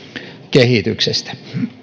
kehityksestä